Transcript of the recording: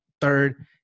third